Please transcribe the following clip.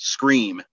Scream